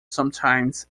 sometimes